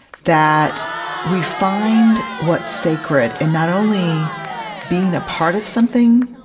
that we find what's sacred in not only being a part of something,